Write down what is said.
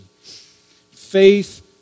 Faith